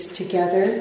together